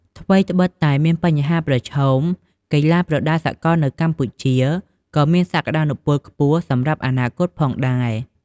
ថ្វីត្បិតតែមានបញ្ហាប្រឈម កីឡាប្រដាល់សកលនៅកម្ពុជាក៏មានសក្ដានុពលខ្ពស់សម្រាប់អនាគតផងដែរ.